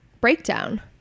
breakdown